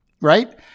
Right